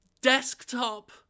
desktop